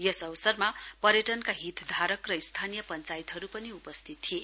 यस अवसरमा पर्यटनका हितधारक र स्थानीय पञ्चायतहरू पनि उपस्थित थिए